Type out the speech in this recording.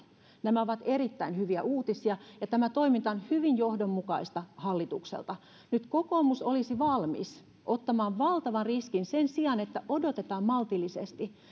nämä ovat erittäin hyviä uutisia ja tämä toiminta on hyvin johdonmukaista hallitukselta nyt kokoomus olisi valmis ottamaan valtavan riskin sen sijaan että odotetaan maltillisesti